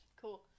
Cool